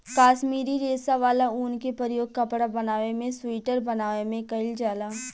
काश्मीरी रेशा वाला ऊन के प्रयोग कपड़ा बनावे में सुइटर बनावे में कईल जाला